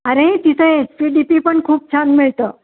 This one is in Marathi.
अरे तिथं एस पी डी पी पण खूप छान मिळतं